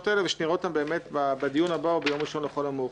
ושנראה אותן בדיון הבא או ביום ראשון לכל המאוחר.